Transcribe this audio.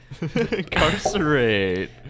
Incarcerate